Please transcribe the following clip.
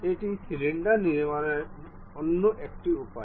এটি সিলিন্ডার নির্মাণের অন্য একটি উপায়